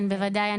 כן, בוודאי.